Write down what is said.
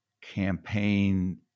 campaign